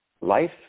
Life